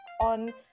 on